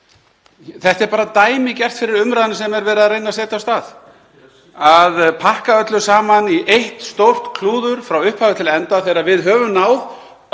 Þetta er dæmigert fyrir umræðuna sem verið er að reyna að setja af stað, að pakka öllu saman í eitt stórt klúður frá upphafi til enda, þegar við höfum náð